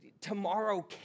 tomorrow